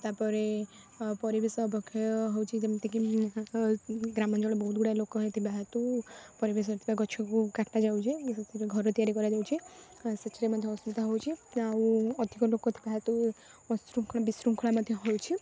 ତାପରେ ପରିବେଶ ଅବକ୍ଷୟ ହେଉଛି ଯେମିତିକି ଗ୍ରାମାଞ୍ଚଳରେ ବହୁତ ଗୁଡ଼ାଏ ଲୋକ ହୋଇଥିବା ହେତୁ ପରିବେଶରେ ଥିବା ଗଛକୁ କଟାଯାଉଛି ସେଥିରୁ ଘର ତିଆରି କରାଯାଉଛି ସେଥିରେ ମଧ୍ୟ ଅସୁବିଧା ହେଉଛି ଆଉ ଅଧିକ ଲୋକ ଥିବା ହେତୁ ଅଶୃଙ୍ଖଳା ବିଶୃଙ୍ଖଳା ମଧ୍ୟ ହେଉଛି